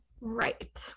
right